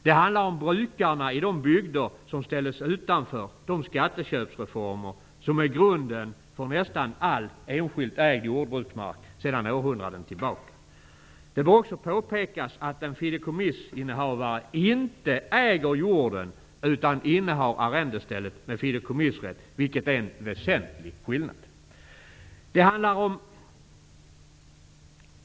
Det hanlar om brukarna i de bygder som ställdes utanför de skatteköpsreformer som är grunden för nästan all enskild ägd jordbruksmark sedan århundraden tillbaka. Det bör också påpekas att en fideikommissinnehavare inte äger jorden utan innehar arrendestället med fideikommissrätt vilket är en väsentlig skillnad.